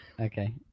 Okay